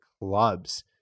clubs